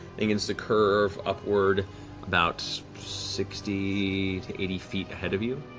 begins to curve upward about sixty to eighty feet ahead of you.